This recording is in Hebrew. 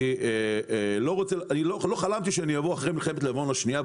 אני לא חלמתי שאני אבוא אחרי מלחמת לבנון השנייה,